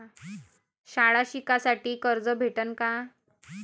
शाळा शिकासाठी कर्ज भेटन का?